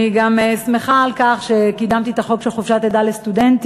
אני גם שמחה על כך שקידמתי את החוק של חופשת לידה לסטודנטיות,